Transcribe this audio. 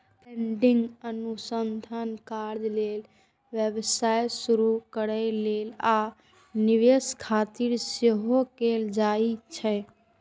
funding अनुसंधान कार्य लेल, व्यवसाय शुरू करै लेल, आ निवेश खातिर सेहो कैल जाइ छै